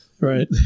Right